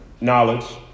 knowledge